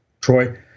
Troy